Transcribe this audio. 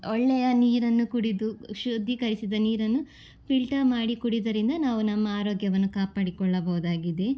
ಒಳ್ಳೆಯ ನೀರನ್ನು ಕುಡಿದು ಶುದ್ಧೀಕರಿಸಿದ ನೀರನ್ನು ಫಿಲ್ಟರ್ ಮಾಡಿ ಕುಡಿಯೋದರಿಂದ ನಾವು ನಮ್ಮ ಆರೋಗ್ಯವನ್ನು ಕಾಪಾಡಿಕೊಳ್ಳಬಹುದಾಗಿದೆ